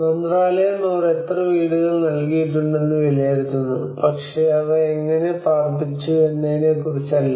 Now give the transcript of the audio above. മന്ത്രാലയം അവർ എത്ര വീടുകൾ നൽകിയിട്ടുണ്ടെന്ന് വിലയിരുത്തുന്നു പക്ഷേ അവ എങ്ങനെ പാർപ്പിച്ചു എന്നതിനെക്കുറിച്ചല്ല